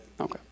Okay